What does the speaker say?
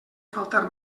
faltar